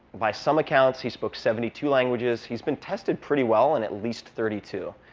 by some accounts, he spoke seventy two languages. he's been tested pretty well in at least thirty two.